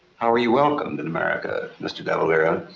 how were you welcomed in america, mr. de valera?